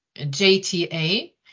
JTA